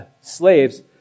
slaves